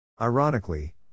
Ironically